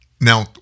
Now